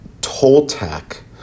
Toltec